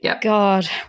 God